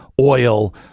oil